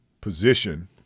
position